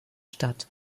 statt